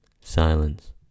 silence